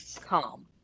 calm